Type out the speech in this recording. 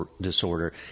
disorder